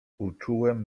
uczułem